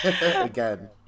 again